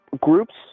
groups